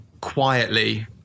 quietly